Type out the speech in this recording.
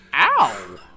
Ow